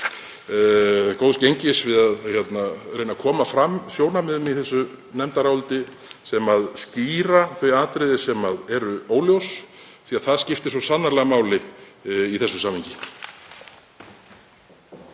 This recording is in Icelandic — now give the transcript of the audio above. góðs gengis við að reyna að koma fram sjónarmiðum í þessu nefndaráliti sem skýra þau atriði sem eru óljós því það skiptir svo sannarlega máli í þessu samhengi.